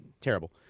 terrible